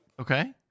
okay